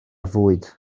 fwyd